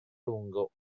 lungo